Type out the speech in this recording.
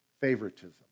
favoritism